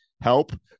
help